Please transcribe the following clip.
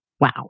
Wow